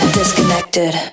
disconnected